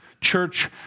church